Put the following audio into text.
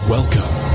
Welcome